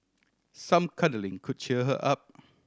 some cuddling could cheer her up